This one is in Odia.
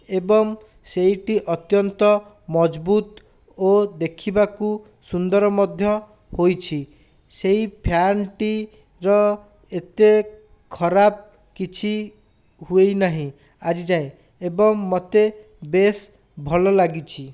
ଏବଂ ସେହିଟି ଅତ୍ୟନ୍ତ ମଜଭୁତ ଓ ଦେଖିବାକୁ ସୁନ୍ଦର ମଧ୍ୟ ହୋଇଛି ସେହି ଫ୍ୟାନ୍ଟିର ଏତେ ଖରାପ କିଛି ହୋଇନାହିଁ ଆଜିଯାଏ ଏବଂ ମୋତେ ବେଶ ଭଲ ଲାଗିଛି